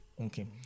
okay